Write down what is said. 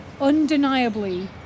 undeniably